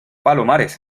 palomares